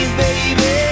baby